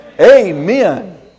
Amen